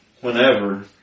whenever